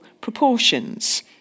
proportions